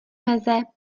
meze